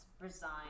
Resigned